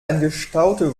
angestaute